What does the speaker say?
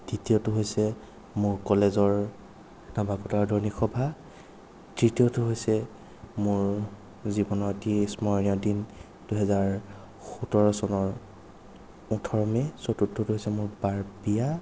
দ্বিতীয়টো হৈছে মোৰ কলেজৰ নৱাগত আদৰণী সভা তৃতীয়টো হৈছে মোৰ জীৱনৰ এটি স্মৰণীয় দিন দুহেজাৰ সোতৰ চনৰ ওঠৰ মে' চতুৰ্থটো হৈছে মোৰ বাৰ বিয়া